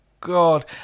God